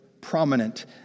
prominent